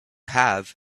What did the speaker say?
have